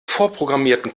vorprogrammierten